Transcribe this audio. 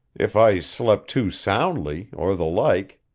if i slept too soundly, or the like.